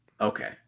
Okay